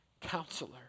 Counselor